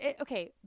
okay